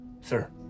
Sir